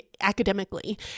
academically